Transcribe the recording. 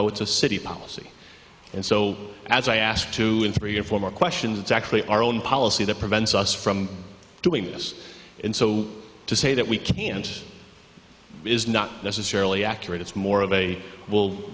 know it's a city policy and so as i asked to in three or four more questions it's actually our own policy that prevents us from doing this and so to say that we can't is not necessarily accurate it's more of a will